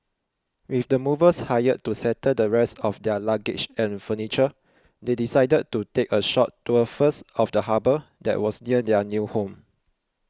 with the movers hired to settle the rest of their luggage and furniture they decided to take a short tour first of the harbour that was near their new home